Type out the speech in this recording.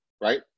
right